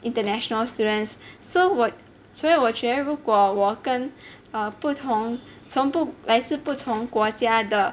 international students so 我所以我觉得如果我跟不同从不来自不同国家的